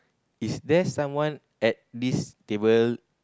is there someone at this table